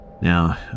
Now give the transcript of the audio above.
Now